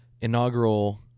inaugural